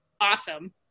awesome